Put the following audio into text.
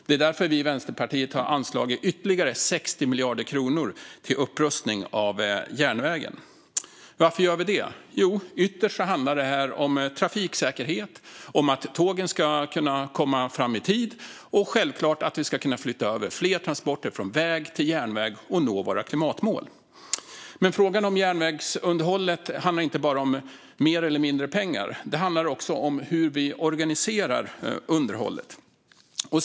Det är därför vi i Vänsterpartiet har anslagit ytterligare 60 miljarder kronor till upprustning av järnvägen. Varför gör vi det? Jo, ytterst handlar det om trafiksäkerhet, om att tågen ska kunna komma fram i tid och självklart om att vi ska kunna flytta över fler transporter från väg till järnväg och nå våra klimatmål. Frågan om järnvägsunderhållet handlar dock inte bara om mer eller mindre pengar utan också om hur vi organiserar underhållet.